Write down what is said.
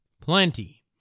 plenty